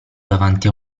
davanti